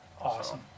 Awesome